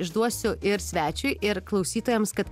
išduosiu ir svečiui ir klausytojams kad